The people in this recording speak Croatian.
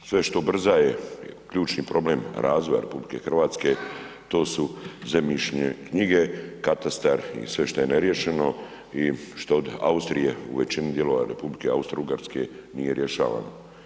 Ministre, sve što ubrzava ključni problem razvoja RH, to su zemljišne knjige, katastar i sve šta je neriješeno i šta je od Austrije u većini dijelova Republike Austrougarske nije rješavano.